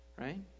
right